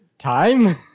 Time